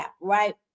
right